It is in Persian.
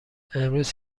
امروز